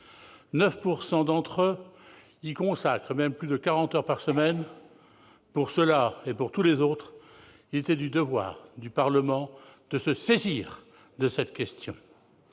9 % à y consacrer plus de quarante heures par semaine. Pour ceux-là et pour tous les autres, il était du devoir du Parlement de se saisir de cette question.